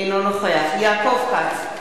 אינו נוכח יעקב כץ,